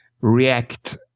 react